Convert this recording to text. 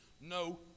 no